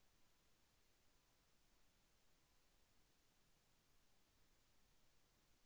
వంగ పంటలో తలనత్త పురుగు నివారణకు ఉపయోగించే ట్రాప్ ఏది?